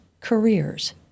careers